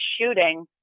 shooting